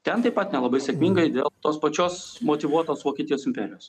ten taip pat nelabai sėkmingai dėl tos pačios motyvuotos vokietijos imperijos